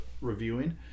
reviewing